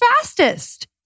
fastest